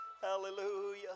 hallelujah